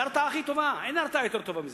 זו ההרתעה הכי טובה, אין הרתעה יותר טובה מזה.